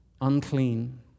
unclean